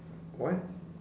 what